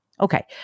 Okay